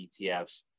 ETFs